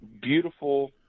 Beautiful